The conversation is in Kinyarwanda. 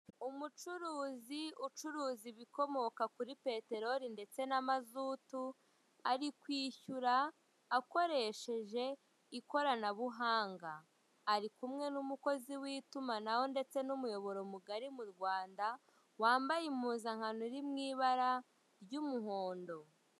Umucuruzi ucuruza ibikomoka kuri peterori ndetse n'amazutu ari kwishyura akoresheje ikoranabuhanga. Arikumwe n'umukozi w'itumunaho ndetse n'umuyoboro mugari mu Rwanda, wambaye impuzankano iri mu ibara ry'umuhondo.